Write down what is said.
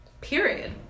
Period